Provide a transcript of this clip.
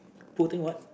putting what